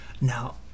now